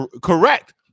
Correct